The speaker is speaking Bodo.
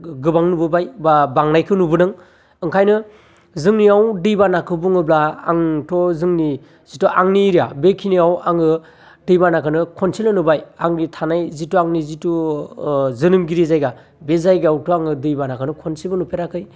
गोबां नुबोबाय बा बांनायखौ नुबोदों ओंखायनो जोंनियाव दैबानाखौ बुङोब्ला आंथ' जोंनि आंनि एरिया बेखिनियाव आङो दैबानाखौनो खनसेल' नुबाय आंनि थानाय जिथु आंनि जिथु जोनोमगिरि जायगा बे जायगायावथ' आङो दै बानाखौनो खनसेबो नुफेराखै